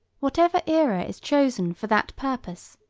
whatever aera is chosen for that purpose,